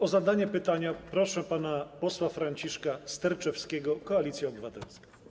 O zadanie pytania proszę pana posła Franciszka Sterczewskiego, Koalicja Obywatelska.